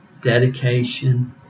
dedication